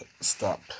stop